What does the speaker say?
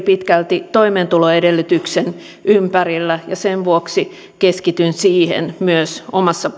pitkälti toimeentuloedellytyksen ympärillä ja sen vuoksi keskityn siihen myös omassa